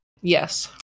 Yes